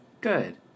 Good